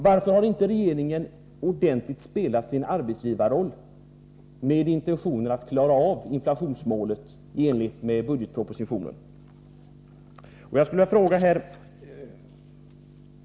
Varför har regeringen inte ordentligt spelat sin arbetsgivarroll med intentionen att klara av inflationsmålet i enlighet med budgetpropositionen?